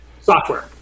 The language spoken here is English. software